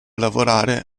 lavorare